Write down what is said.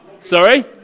Sorry